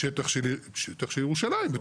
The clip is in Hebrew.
של ירושלים?